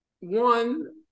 one